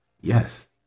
Yes